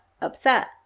upset